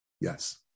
Yes